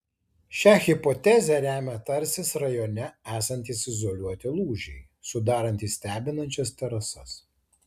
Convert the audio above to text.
šią hipotezę remia tarsis rajone esantys izoliuoti lūžiai sudarantys stebinančias terasas